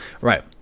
Right